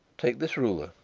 take this ruler.